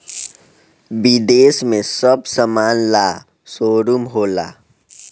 विदेश में सब समान ला शोरूम होला